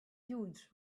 dunes